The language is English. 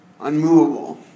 unmovable